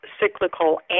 cyclical